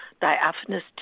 diaphanous